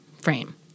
frame